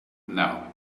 now